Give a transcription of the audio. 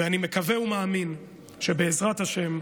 אני מקווה ומאמין שבעזרת השם,